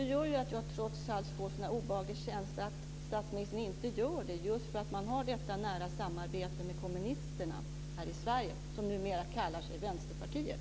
Jag får trots allt en obehaglig känsla av att statsministern inte gör det just därför att man har detta nära samarbete med kommunisterna här i Sverige, som numera kallar sig Vänsterpartiet.